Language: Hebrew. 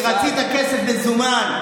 כי רצית כסף מזומן.